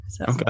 Okay